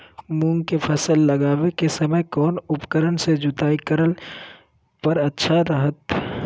मूंग के फसल लगावे के समय कौन उपकरण से जुताई करला पर अच्छा रहतय?